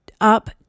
up